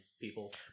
people